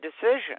decision